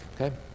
okay